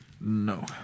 No